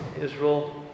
Israel